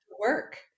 work